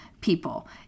people